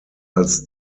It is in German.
als